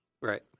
Right